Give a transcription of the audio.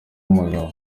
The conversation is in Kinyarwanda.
umugabo